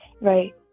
right